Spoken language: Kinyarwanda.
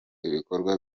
ibikorwa